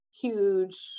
huge